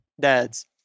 dads